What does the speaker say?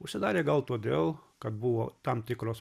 užsidarė gal todėl kad buvo tam tikros